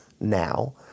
now